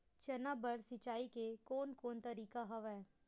चना बर सिंचाई के कोन कोन तरीका हवय?